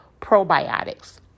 probiotics